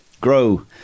grow